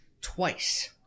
twice